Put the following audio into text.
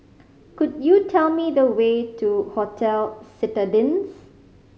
could you tell me the way to Hotel Citadines